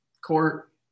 court